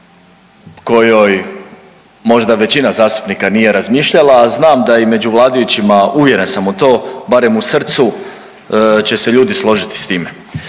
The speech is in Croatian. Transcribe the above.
kojoj možda većina zastupnika nije razmišljala, a znam da i među vladajućima uvjeren sam u to barem u srcu će se ljudi složiti s time.